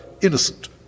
innocent